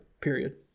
period